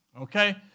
Okay